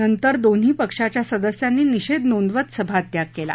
नंतर दोन्ही पक्षाच्या सदस्यांनी निषेध नोंदवत सभात्याग केला